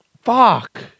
Fuck